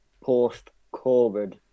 post-COVID